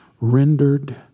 rendered